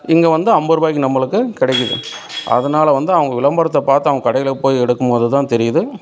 இங்கே வந்து ஐம்பது ரூபாய்க்கு நம்மளுக்கு கிடைக்குது அதனால் வந்து அவங்க விளம்பரத்தை பார்த்து அவங்க கடையில் போய் எடுக்கும்போது தான் தெரியுது